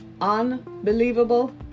Unbelievable